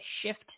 Shift